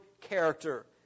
character